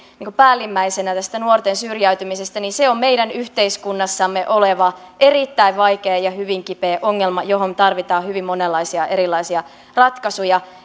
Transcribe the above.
päällimmäisenä tästä nuorten syrjäytymisestä se on meidän yhteiskunnassamme oleva erittäin vaikea ja hyvin kipeä ongelma johon tarvitaan hyvin monenlaisia erilaisia ratkaisuja